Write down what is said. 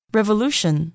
Revolution